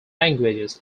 languages